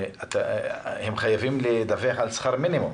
הם חייבים לדווח על שכר מינימום,